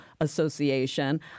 Association